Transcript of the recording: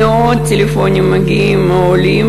מאות טלפונים מגיעים מעולים,